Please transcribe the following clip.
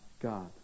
God